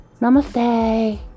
Namaste